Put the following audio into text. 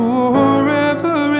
Forever